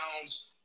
pounds